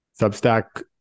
Substack